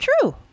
true